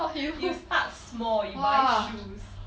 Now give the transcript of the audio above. you start small you buy shoes